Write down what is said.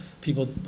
people